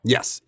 Yes